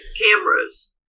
cameras